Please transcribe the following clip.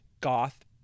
goth